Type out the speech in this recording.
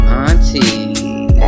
auntie